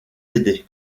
aider